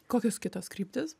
kokios kitos kryptys